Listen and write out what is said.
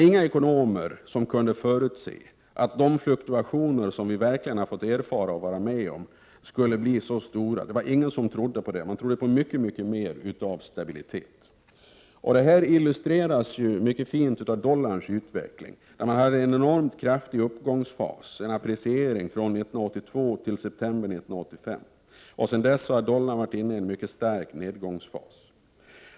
Inga ekonomer kunde förutse att de fluktuationer vi har fått erfara skulle bli så stora, utan de trodde på mycket mer av stabilitet. Detta illustreras mycket fint av dollarns utveckling. Den hade en enormt kraftig uppgångsfas, en appreciering, från 1982 till september 1985. Sedan dess har dollarn varit inne i en mycket stark nedgångsfas.